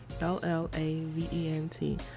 l-l-a-v-e-n-t